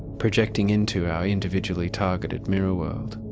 projecting into our individually targeted mirror world.